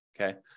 okay